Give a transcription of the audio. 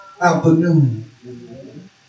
afternoon